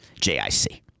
jic